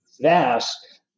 vast